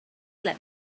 let